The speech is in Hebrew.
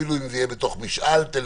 אפילו אם זה יהיה במשאל טלפוני,